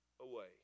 away